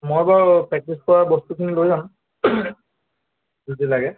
মই বাৰু প্ৰেক্টিছ কৰা বস্তুখিনি লৈ যাম যি যি লাগে